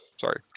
sorry